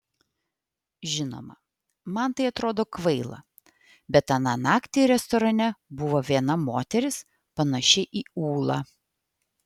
žinoma man tai atrodo kvaila bet aną naktį restorane buvo viena moteris panaši į ūlą